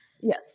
Yes